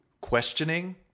questioning